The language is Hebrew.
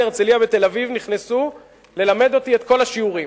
"הרצליה" בתל-אביב נכנסו ללמד אותי את כל השיעורים.